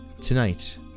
Tonight